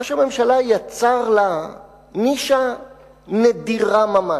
ראש הממשלה יצר לה נישה נדירה ממש,